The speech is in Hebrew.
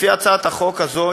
לפי הצעת החוק הזאת,